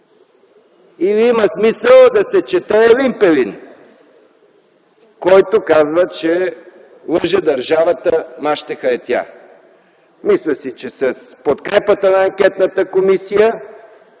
или има смисъл да се чете Елин Пелин, който казва: „Лъжа държавата, мащеха е тя!”. Мисля си, че с подкрепата на анкетната комисия